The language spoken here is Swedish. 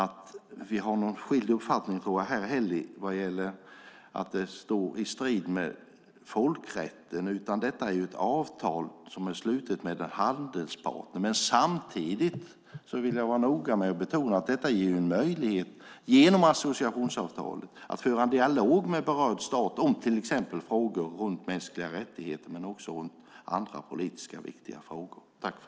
Vi har här ingen skild uppfattning om att det står i strid med folkrätten, utan det är ett avtal som är slutet med en handelspartner. Jag vill dock betona att associationsavtalet ger en möjlighet att föra en dialog med berörd stat om till exempel mänskliga rättigheter och andra politiskt viktiga frågor.